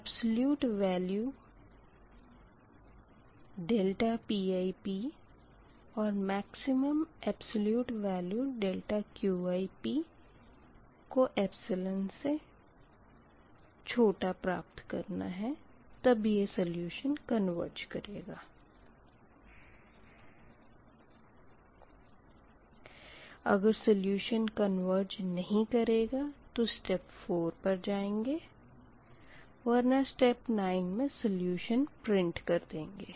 अगर solution converge नही करेगा तो स्टेप 4 पर जाएँगे वर्ना स्टेप 9 मे सोल्यूशन प्रिंट कर देंगे